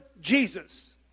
Jesus